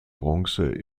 bronze